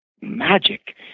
magic